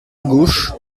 gauche